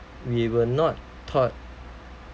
we were not taught